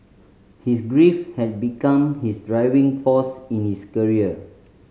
his grief had become his driving force in his career